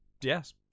yes